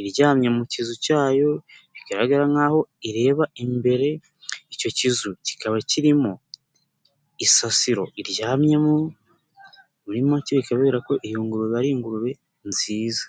iryamye mu kizu cyayo igaragara nk'aho ireba imbere, icyo kizu kikaba kirimo isasiro iryamyemo, muri make bikaba bigaragara ko iyo ngurube ari ingurube nziza.